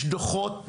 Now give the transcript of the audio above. יש דוחות נהדרים,